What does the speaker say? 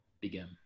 begin